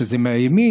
שזה מהימין,